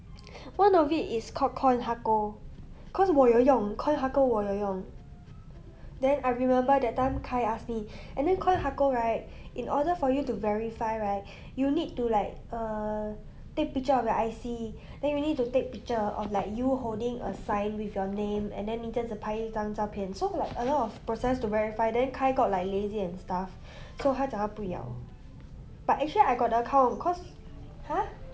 one of it is called Coinhako cause 我有用 Coinhako 我有用 then I remember that time kai ask me and then Coinhako right in order for you to verify right you need to like err take picture of your I_C then you need to take picture of like you holding a sign with your name and then 你真的拍一张照片 so like a lot of process to verify then kai got like lazy and stuff so 他讲不要 but actually I got the account cause !huh!